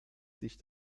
sich